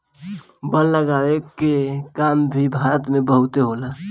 वन लगावे के काम भी भारत में बहुते होला